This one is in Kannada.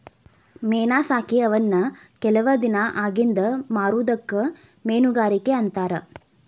ಮೇನಾ ಸಾಕಿ ಅವನ್ನ ಕೆಲವ ದಿನಾ ಅಗಿಂದ ಮಾರುದಕ್ಕ ಮೇನುಗಾರಿಕೆ ಅಂತಾರ